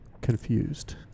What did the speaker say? confused